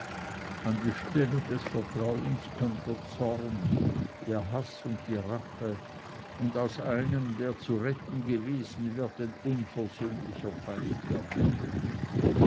an die stelle des vertrauens kömmt der zorn der haß und die rache und aus einem der zu retten gewesen wird ein unversöhnlicher feind der menschen